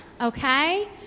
okay